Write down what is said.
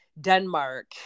Denmark